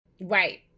Right